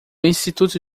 instituto